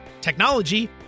technology